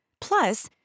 Plus